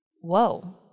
Whoa